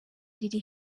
riri